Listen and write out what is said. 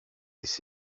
της